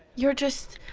you're just.